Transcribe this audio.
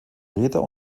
reeder